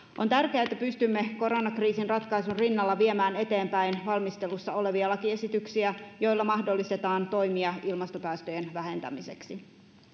on tärkeää että pystymme koronakriisin ratkaisun rinnalla viemään eteenpäin valmistelussa olevia lakiesityksiä joilla mahdollistetaan toimia ilmastopäästöjen vähentämiseksi